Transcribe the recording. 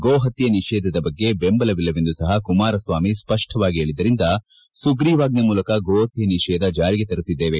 ಗೋಹತ್ತೆ ನಿಷೇಧದ ಬಗ್ಗೆ ಬೆಂಬಲವಿಲ್ಲವೆಂದು ಸಹ ಕುಮಾರಸ್ವಾಮಿ ಸ್ಪಷ್ಟವಾಗಿ ಹೇಳಿದ್ದರಿಂದ ಸುಗ್ರೀವಾಜ್ಞೆ ಮೂಲಕ ಗೋಹತ್ತೆ ನಿಷೇಧ ಜಾರಿಗೆ ತರುತ್ತಿದ್ದೇವೆ